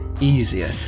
easier